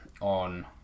on